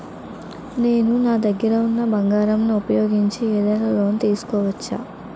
నేను నా దగ్గర ఉన్న బంగారం ను ఉపయోగించి ఏదైనా లోన్ తీసుకోవచ్చా?